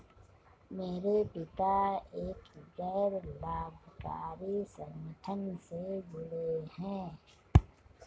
मेरे पिता एक गैर लाभकारी संगठन से जुड़े हैं